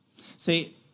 See